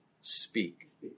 Speak